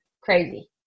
crazy